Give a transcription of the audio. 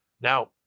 Now